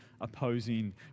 opposing